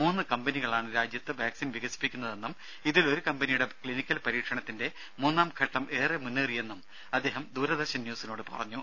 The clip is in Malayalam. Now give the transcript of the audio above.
മൂന്ന് കമ്പനികളാണ് രാജ്യത്ത് വാക്സിൻ വികസിപ്പിക്കുന്നതെന്നും ഇതിലൊരു കമ്പനിയുടെ ക്ലിനിക്കൽ പരീക്ഷണത്തിന്റെ മൂന്നാംഘട്ടം ഏറെ മുന്നേറിയെന്നും അദ്ദേഹം ദൂരദർശൻ ന്യൂസിനോട് പറഞ്ഞു